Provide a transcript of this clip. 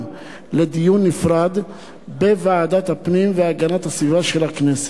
לדיון נפרד בוועדת הפנים והגנת הסביבה של הכנסת.